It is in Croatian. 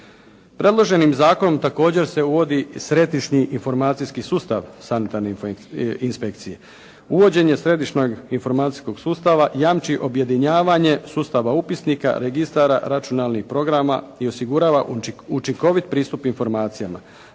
Predloženim zakonom također se uvodi središnji informacijski sustav sanitarne inspekcije. Uvođenje središnjeg informacijskog sustava jamči objedinjavanje sustava upisnika, registara, računalnih programa i osigurava učinkovit pristup informacijama,